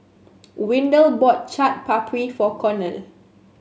Windell bought Chaat Papri for Cornel